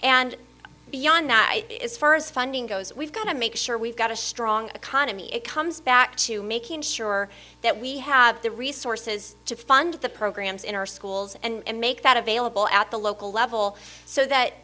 and beyond that is first funding goes we've got to make sure we've got a strong economy it comes back to making sure that we have the resources to fund the programs in our schools and make that available at the local level so that